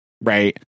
Right